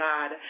God